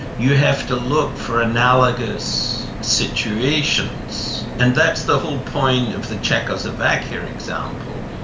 you have to look for analogous situations. and that's the whole point of the czechoslovakia example,